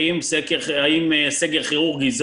האם סגר כירורגי הוא